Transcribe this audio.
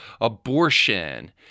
abortion